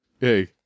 Hey